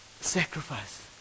sacrifice